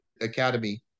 Academy